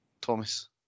Thomas